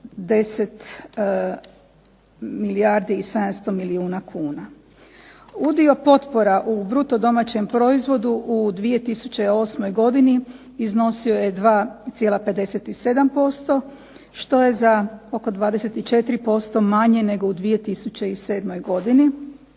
10 milijardi i 700 milijuna kuna. Udio potpora u bruto domaćem proizvodu u 2008. godini iznosio je 2,57% što je za oko 24% manje nego u 2007. godini,